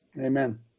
Amen